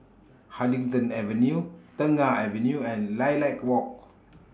Huddington Avenue Tengah Avenue and Lilac Walk